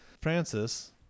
Francis